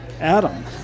Adam